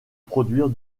produire